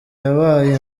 yabaye